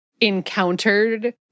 encountered